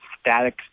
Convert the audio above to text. static